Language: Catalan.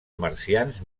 marcians